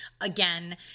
again